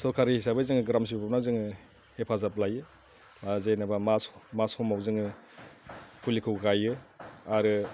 सरखारि हिसाबै ग्राम सेभाकआव जोङो हेफाजाब लायो दा जेनोबा मा मा समाव जोङो फुलिखौ गायो आरो